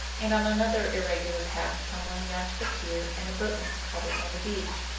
and on another irregular path tumbling down to the pier and the boatman's cottage on the beach.